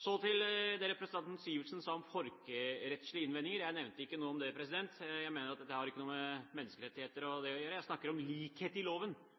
Så til det representanten Sivertsen sa om folkerettslige innvendinger. Jeg nevnte ikke noe om det. Jeg mener at dette ikke har noe med menneskerettigheter å gjøre. Vi snakker om likhet i loven.